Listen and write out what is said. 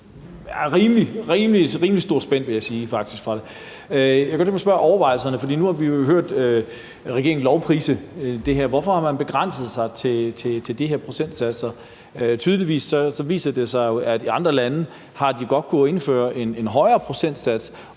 rimelig stort spænd, og jeg kunne godt tænke mig at spørge om overvejelserne. For nu har vi jo hørt regeringen lovprise det her. Hvorfor har man begrænset sig til de her procentsatser? Tydeligvis viser det sig jo, at de i andre lande godt har kunnet indføre en højere procentsats,